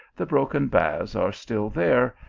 the broken baths are still there,